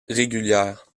régulière